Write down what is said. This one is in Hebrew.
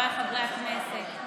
חבריי חברי הכנסת,